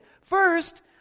first